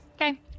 Okay